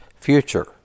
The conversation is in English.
future